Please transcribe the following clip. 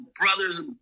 brothers